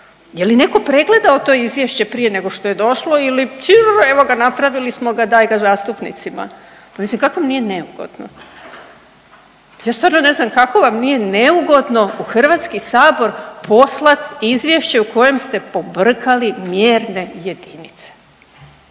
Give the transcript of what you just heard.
Je li netko pregledao to izvješće nego što je došlo ili evo ga napravili smo ga daj ga zastupnicima. Pa mislim kako vam nije neugodno? Ja stvarno ne znam kako vam nije neugodno u Hrvatski sabor poslati izvješće u kojem ste pobrkali mjerne jedinice.